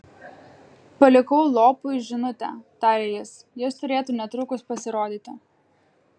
palikau lopui žinutę tarė jis jis turėtų netrukus pasirodyti